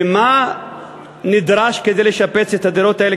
ומה נדרש כדי לשפץ את הדירות האלה,